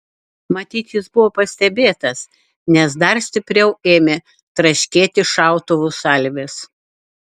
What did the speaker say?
matyt jis buvo pastebėtas nes dar stipriau ėmė traškėti šautuvų salvės